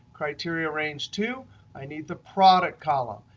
criteria range two i need the product column.